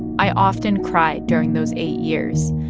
i often cried during those eight years.